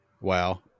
wow